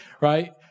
right